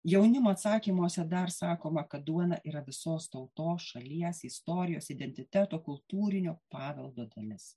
jaunimo atsakymuose dar sakoma kad duona yra visos tautos šalies istorijos identiteto kultūrinio paveldo dalis